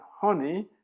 honey